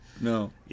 No